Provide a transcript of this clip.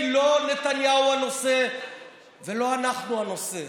כי לא נתניהו הוא הנושא ולא אנחנו הנושא.